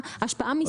ההפרה.